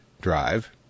drive